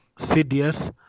CDS